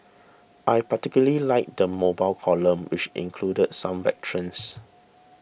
I particularly liked the mobile column which included some veterans